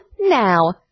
now